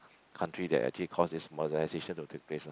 country that it actually causes modernisation to take place lah